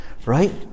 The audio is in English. Right